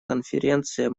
конференция